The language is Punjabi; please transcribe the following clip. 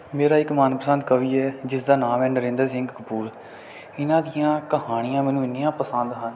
ਮੇਰਾ ਇੱਕ ਮਨਪਸੰਦ ਕਵੀ ਹੈ ਜਿਸਦਾ ਨਾਮ ਹੈ ਨਰਿੰਦਰ ਸਿੰਘ ਕਪੂਰ ਇਹਨਾਂ ਦੀਆਂ ਕਹਾਣੀਆਂ ਮੈਨੂੰ ਇੰਨੀਆਂ ਪਸੰਦ ਹਨ